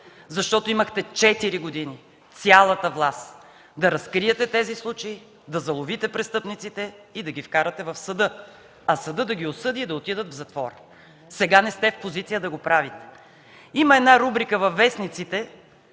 Защото имахте четири години – цялата власт, да разкриете тези случаи, да заловите престъпниците и да ги вкарате в съда, а съдът да ги осъди и да отидат в затвора. Сега не сте в позиция да го правите. Във вестниците